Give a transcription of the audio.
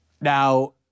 Now